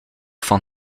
van